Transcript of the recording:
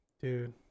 Dude